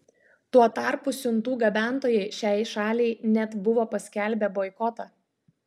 tuo tarpu siuntų gabentojai šiai šaliai net buvo paskelbę boikotą